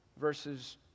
verses